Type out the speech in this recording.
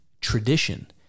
tradition